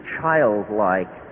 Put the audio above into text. childlike